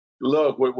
Look